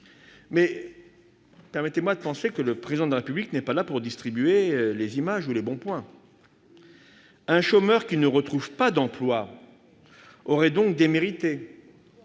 Mais, à nos yeux, le Président de la République n'est pas là pour distribuer les images et les bons points. Un chômeur qui ne retrouve pas d'emploi aurait donc démérité